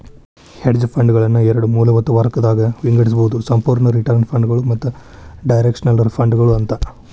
hedge ಫಂಡ್ಗಳನ್ನ ಎರಡ್ ಮೂಲಭೂತ ವರ್ಗಗದಾಗ್ ವಿಂಗಡಿಸ್ಬೊದು ಸಂಪೂರ್ಣ ರಿಟರ್ನ್ ಫಂಡ್ಗಳು ಮತ್ತ ಡೈರೆಕ್ಷನಲ್ ಫಂಡ್ಗಳು ಅಂತ